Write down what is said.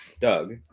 Doug